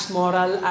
moral